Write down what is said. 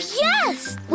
yes